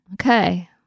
Okay